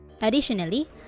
Additionally